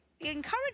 encourage